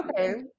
okay